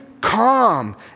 calm